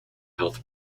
health